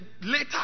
later